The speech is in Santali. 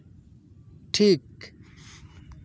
ᱴᱷᱤᱠ